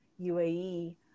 UAE